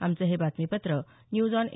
आमचं हे बातमीपत्र न्यूज आॅन ए